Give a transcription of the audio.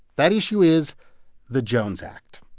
that issue is the jones act.